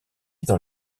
dans